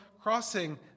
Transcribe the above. crossing